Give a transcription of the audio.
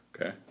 Okay